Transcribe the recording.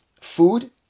food